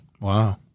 Wow